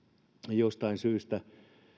jostain syystä